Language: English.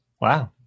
Wow